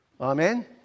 Amen